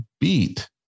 beat